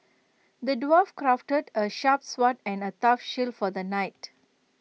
the dwarf crafted A sharp sword and A tough shield for the knight